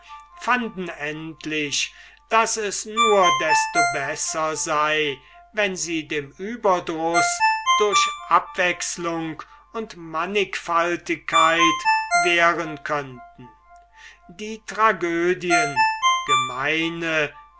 fanden endlich daß es nur desto besser sei wenn sie dem überdruß durch abwechslung und mannigfaltigkeit wehren konnten die tragödien gemeine